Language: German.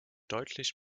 deutlich